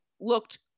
looked